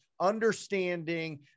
understanding